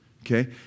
okay